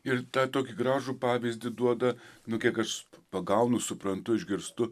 ir tą tokį gražų pavyzdį duoda nu kiek aš pagaunu suprantu išgirstu